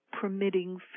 permitting